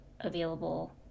available